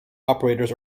operators